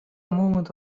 moment